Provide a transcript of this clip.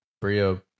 Bria